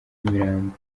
imirambo